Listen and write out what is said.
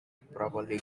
properly